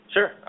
Sure